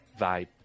vibe